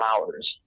hours